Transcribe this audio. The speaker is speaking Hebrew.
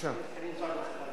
צריכה לדבר.